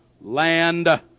land